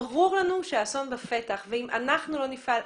ברור לנו שהאסון בפתח, אם אנחנו לא נפעל.